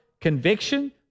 conviction